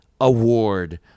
Award